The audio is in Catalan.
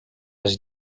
les